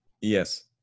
Yes